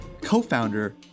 co-founder